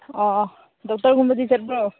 ꯑꯣ ꯑꯣ ꯗꯣꯛꯇꯔꯒꯨꯝꯕꯗꯤ ꯆꯠꯄ꯭ꯔꯣ